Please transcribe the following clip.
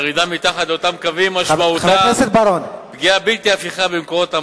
והירידה מתחת לאותם קווים משמעותה פגיעה בלתי הפיכה במקורות המים,